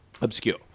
Obscure